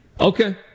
Okay